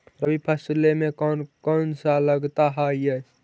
रबी फैसले मे कोन कोन सा लगता हाइय?